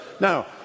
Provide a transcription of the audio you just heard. Now